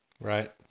right